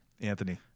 Anthony